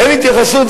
אין התייחסות,